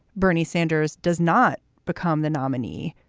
bernie sanders does not become the nominee.